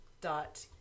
dot